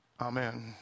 Amen